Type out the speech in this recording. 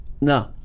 No